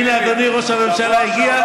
הינה, אדוני ראש הממשלה הגיע.